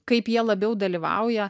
kaip jie labiau dalyvauja